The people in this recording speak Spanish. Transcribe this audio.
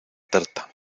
tarta